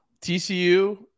TCU